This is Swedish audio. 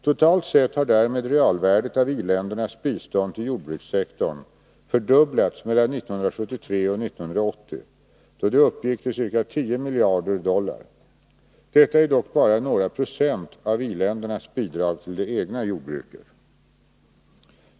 Totalt sett har därmed realvärdet av i-ländernas bistånd till jordbrukssektorn fördubblats mellan 1973 och 1980, då det uppgick till ca 10 miljarder dollar .